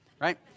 right